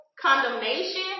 condemnation